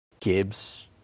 Gibbs